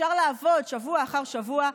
אפשר לעבוד שבוע אחר שבוע,